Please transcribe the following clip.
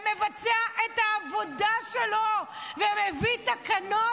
יבצע את העבודה שלו ויביא תקנות,